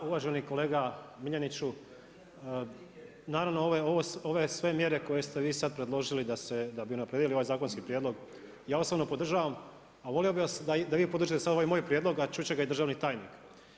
Uvaženi kolega Miljeniću, naravno ove sve mjere koje ste vi sad predložili da bi unaprijedili ovaj zakonski prijedlog, ja osobno podržavam, a volio bi da i vi podržite sad ovaj prijedlog a čut će ga i državni tajnik.